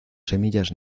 semillas